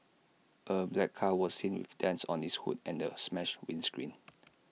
A black car was seen with dents on its hood and A smashed windscreen